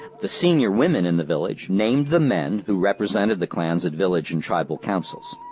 the senior women in the village named the men who represented the clans at village and tribal councils.